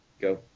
Go